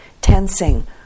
tensing